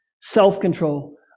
Self-control